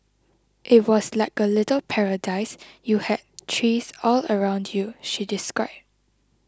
it was like a little paradise you had trees all around you she described